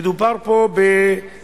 מדובר פה בתשלום